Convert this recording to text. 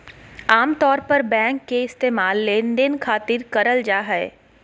आमतौर पर बैंक के इस्तेमाल लेनदेन खातिर करल जा हय